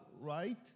right